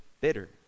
bitter